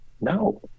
No